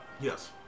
yes